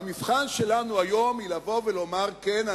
המבחן שלנו היום הוא לבוא ולומר: כן,